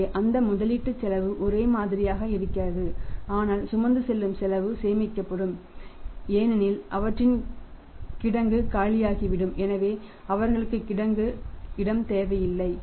எனவே அந்த முதலீட்டுச் செலவு ஒரே மாதிரியாக இருக்கிறது ஆனால் சுமந்து செல்லும் செலவு சேமிக்கப்படும் ஏனெனில் அவற்றின் கிடங்கு காலியாகிவிடும் எனவே அவர்களுக்குத் கிடங்கு இடம் தேவையில்லை